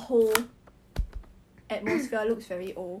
for the girlfriend you don't know it's not their actual voice